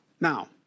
Now